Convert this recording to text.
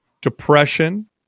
depression